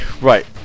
Right